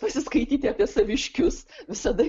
pasiskaityti apie saviškius visada